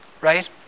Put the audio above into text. Right